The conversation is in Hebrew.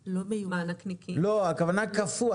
לא, הכוונה לקפוא.